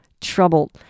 trouble